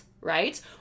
right